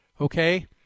Okay